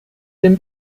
dem